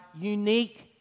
unique